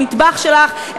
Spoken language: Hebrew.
במטבח שלך,